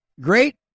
great